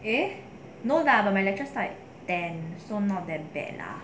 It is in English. eh no lah but my lecture starts at ten so not that bad lah